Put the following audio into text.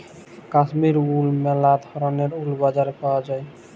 Kashmir wool ম্যালা ধরলের wool বাজারে পাউয়া যায়